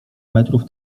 metrów